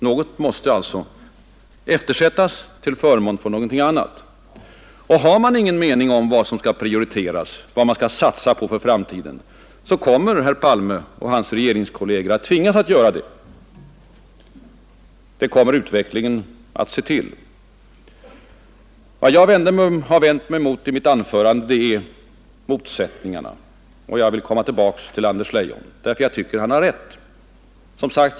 Något måste alltså eftersättas till förmån för något annat. Har man ingen mening om vad som skall prioriteras, vad man skall satsa på för framtiden, så kommer herr Palme och hans regeringskolleger ändå att tvingas göra det. Det kommer utvecklingen att se till. Vad jag har vänt mig mot i mitt anförande är de motsättningar socialdemokraterna skapat, och jag vill komma tillbaka till Anders Leion, därför att jag tycker att han har rätt i sin kritik.